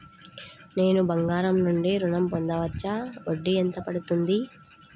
నేను బంగారం నుండి ఋణం పొందవచ్చా? వడ్డీ ఎంత పడుతుంది?